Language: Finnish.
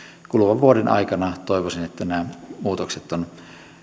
kuluvan vuoden aikana nämä muutokset ovat